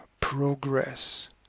progress